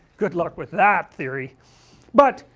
good luck with that theory but,